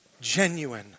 Genuine